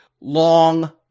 long